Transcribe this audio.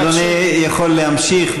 אדוני יכול להמשיך,